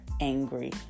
angry